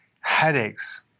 headaches